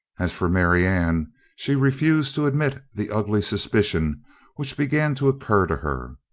as for marianne she refused to admit the ugly suspicion which began to occur to her.